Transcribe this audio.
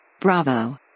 Bravo